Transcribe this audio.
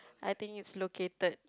I think it's located